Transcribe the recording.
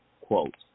Quote